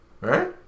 Right